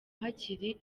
hakiri